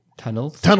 Tunnels